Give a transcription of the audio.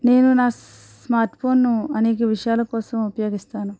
నేను నా స్మార్ట్ ఫోన్ను అనేక విషయాల కోసం ఉపయోగిస్తాను